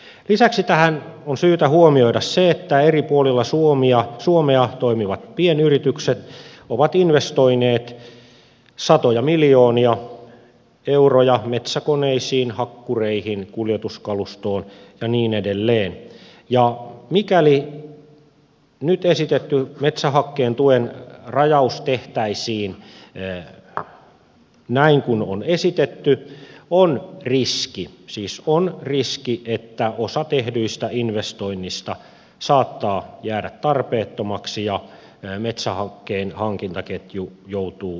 lisäksi tähän on syytä huomioida se että eri puolilla suomea toimivat pienyritykset ovat investoineet satoja miljoonia euroja metsäkoneisiin hakkureihin kuljetuskalustoon ja niin edelleen ja mikäli nyt esitetty metsähakkeen tuen rajaus tehtäisiin näin kuin on esitetty on riski että osa tehdyistä investoinneista saattaa jäädä tarpeettomiksi ja metsähakkeen hankintaketju joutuu vaikeuksiin